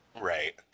Right